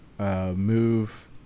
Move